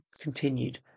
continued